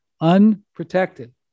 Unprotected